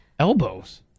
Elbows